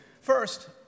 First